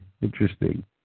Interesting